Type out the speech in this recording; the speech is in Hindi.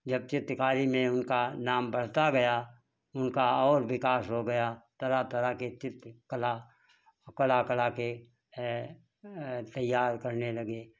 जब चित्रकारी में उनका नाम बढ़ता गया उनका और विकास हो गया तरह तरह के चित्र कला कला कला के तैयार करने लगे